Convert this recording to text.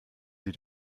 sie